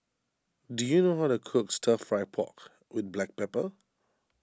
do you know how to cook Stir Fry Pork with Black Pepper